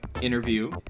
interview